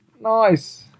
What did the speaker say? Nice